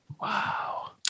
Wow